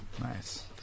Nice